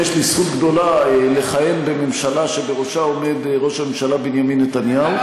ויש לי זכות גדולה לכהן בממשלה שבראשה עומד ראש הממשלה בנימין נתניהו.